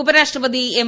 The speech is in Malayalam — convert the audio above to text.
ഉപരാഷ്ട്രപതി എം